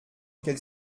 quelle